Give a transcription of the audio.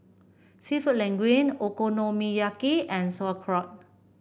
seafood Linguine Okonomiyaki and Sauerkraut